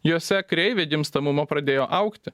jose kreivė gimstamumo pradėjo augti